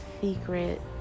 secret